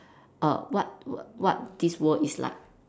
err what what what this world is like